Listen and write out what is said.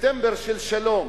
ספטמבר של שלום?